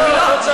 לא, לא צריך.